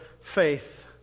faith